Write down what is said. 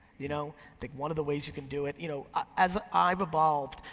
you know like one of the ways you can do it. you know ah as i've evolved,